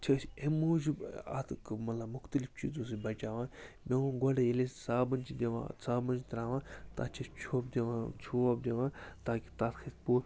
چھِ أسۍ اَمہِ موٗجوٗب اَتھ مطلب مختلف چیٖزو سۭتۍ بَچاوان مےٚ ووٚن گۄڈٔے ییٚلہِ أسۍ صابَن چھِ دِوان صابَن چھِ ترٛاوان تَتھ چھِ أسۍ چھۄپ دِوان چھوپ دِوان تاکہِ تَتھ کھژھہِ پوٚس